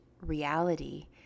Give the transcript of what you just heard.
reality